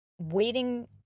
waiting